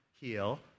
heal